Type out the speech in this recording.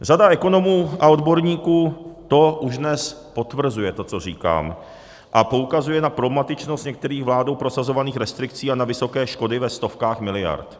Řada ekonomů a odborníků už dnes potvrzuje to, co říkám, a poukazuje na problematičnost některých vládou prosazovaných restrikcí a na vysoké škody ve stovkách miliard.